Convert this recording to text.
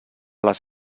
les